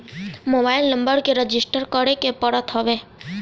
mobile number के register करे के पड़त हवे